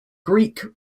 greek